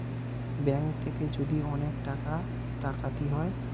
bank থেকে যদি অনেক টাকা ডাকাতি হয়